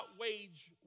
wage